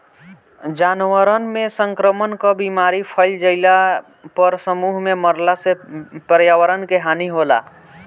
जानवरन में संक्रमण कअ बीमारी फइल जईला पर समूह में मरला से पर्यावरण के हानि होला